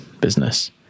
business